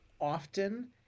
often